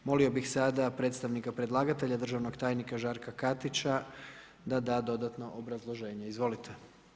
Molio bi sada predstavnika predlagatelja, državnog tajnika Žarka Katića da da dodatno obrazloženje, izvolite.